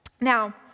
Now